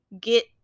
get